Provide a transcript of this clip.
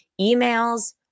emails